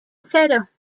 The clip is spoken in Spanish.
cero